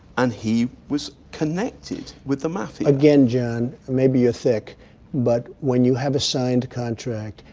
and he was connected with the mafia again, john maybe you're thick but when you have a signed contract,